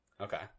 Okay